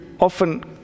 often